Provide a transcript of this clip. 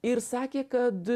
ir sakė kad